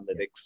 analytics